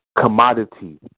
Commodity